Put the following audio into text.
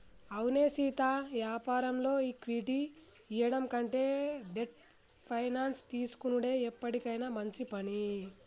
అవునే సీతా యాపారంలో ఈక్విటీ ఇయ్యడం కంటే డెట్ ఫైనాన్స్ తీసుకొనుడే ఎప్పటికైనా మంచి పని